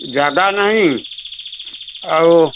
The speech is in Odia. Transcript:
ଜାଗା ନାହିଁ ଆଉ